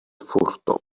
furto